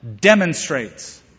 demonstrates